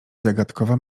zagadkowa